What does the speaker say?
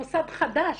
מוסד חדש,